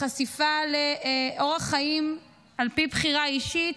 לחשיפה לאורח חיים על פי בחירה אישית,